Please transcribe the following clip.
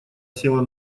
села